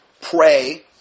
pray